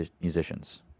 musicians